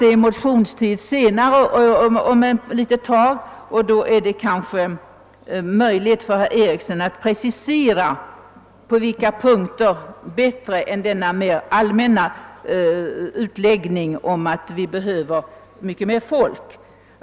Det är, som sagt, motionstid om ett par månader, och då kanske det är möjligt för herr Ericson i Örebro att på ett bättre sätt än rent allmänt precisera på vilka punkter vi behöver mera folk.